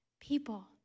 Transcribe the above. people